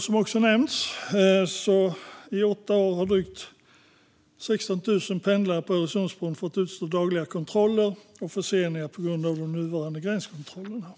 Som också har nämnts har drygt 16 000 pendlare på Öresundsbron i åtta år fått utstå dagliga kontroller och förseningar på grund av de nuvarande gränskontrollerna.